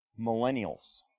Millennials